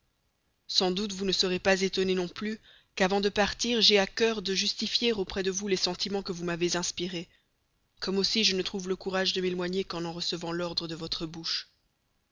sans doute vous ne serez pas étonnée non plus qu'avant de partir j'aie à cœur de justifier auprès de vous les sentiments que vous m'avez inspirés comme aussi que je ne trouve le courage de m'éloigner qu'en en recevant l'ordre de votre bouche